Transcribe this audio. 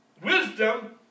Wisdom